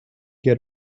get